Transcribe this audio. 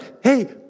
hey